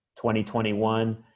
2021